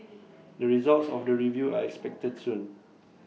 the results of the review are expected soon